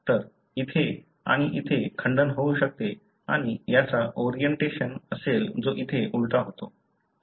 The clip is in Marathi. तर इथे आणि इथे खंडन होऊ शकते आणि याचा ओरिएंटेशन असेल जो इथे उलटा होतो